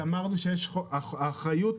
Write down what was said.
האחריות,